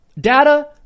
data